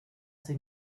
ces